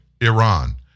Iran